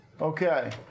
Okay